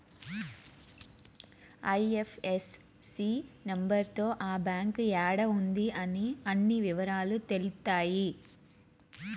IFSC number తో ఆ bank యాడా ఉంది అనే అన్ని ఇవరాలు తెలుత్తాయి